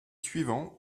suivants